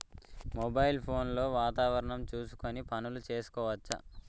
Mobile phone లో వాతావరణం చూసుకొని పనులు చేసుకోవచ్చా?